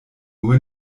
nur